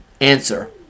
Answer